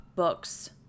books